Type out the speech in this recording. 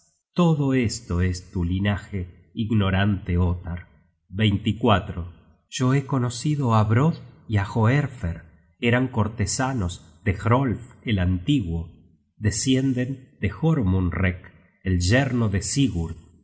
todo esto es tu linaje ignorante ottar yo he conocido á brodd y hoerfer eran cortesanos de hrolf el antiguo descienden de jormunrek el yerno de sigurd